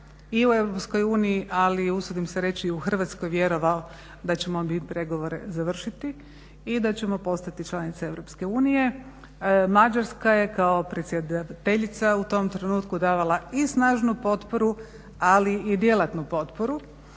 i u EU ali usudim se reći i u Hrvatskoj vjerojatno da ćemo mi pregovore završiti i da ćemo postati članica EU. Mađarska je kao predsjedateljica u tom trenutku davala i snažnu potporu ali i djelatnu potporu